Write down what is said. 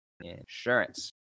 insurance